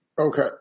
Okay